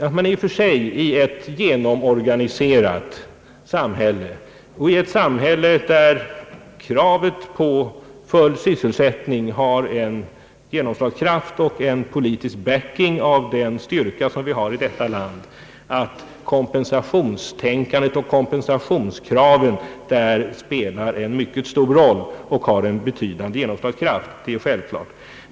Det är självklart att kompensationstänkande och kompensationskrav spelar en mycket stor roll och har en betydande genomslagskraft i ett genomorganiserat samhälle där kravet på full sysselsättning har en tyngd och en politisk basing av sådan styrka som vi har i vårt land.